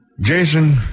Jason